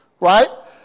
right